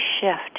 shift